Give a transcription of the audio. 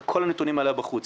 וכל הנתונים האלה היו בחוץ.